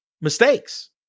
mistakes